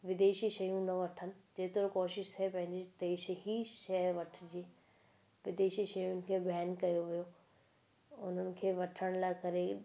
विदेशी शयूं न वठणु जेतिरो कोशिशि थिए पंहिंजी देश जी शइ वठिजे विदेशी शयुनि खे बैन कयो वियो उन्हनि खे वठण लाइ करे